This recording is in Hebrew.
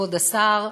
כבוד השר,